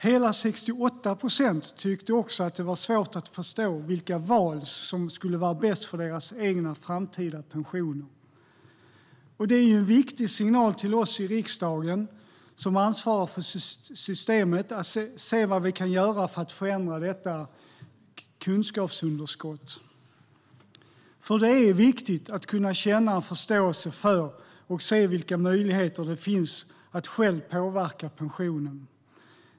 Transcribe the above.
Hela 68 procent tyckte också att det var svårt att förstå vilka val som skulle vara bäst för deras egna framtida pensioner. Det är en viktig signal till oss i riksdagen som ansvarar för systemet att se vad vi kan göra för att förändra detta kunskapsunderskott. Det är viktigt att ha förståelse för och kunna se vilka möjligheter som finns att själv påverka pensionen.